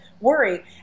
worry